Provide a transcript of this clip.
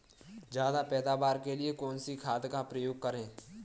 ज्यादा पैदावार के लिए कौन सी खाद का प्रयोग करें?